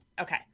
Okay